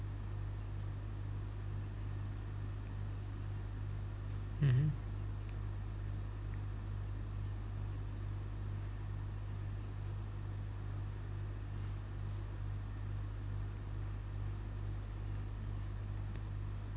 mmhmm